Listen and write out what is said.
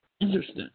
Interesting